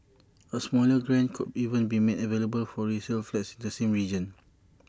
A smaller grant could even be made available for resale flats the same region